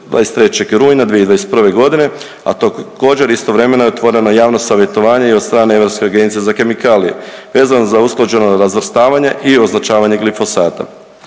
23. rujna 2021. godine, a također istovremeno je otvoreno i javno savjetovanje i od strane Europske agencije za kemikalije vezano za usklađeno razvrstavanje i označavanje glifosata.